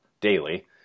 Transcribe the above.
daily